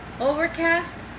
Overcast